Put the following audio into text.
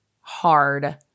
hard